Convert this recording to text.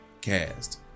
Cast